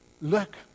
look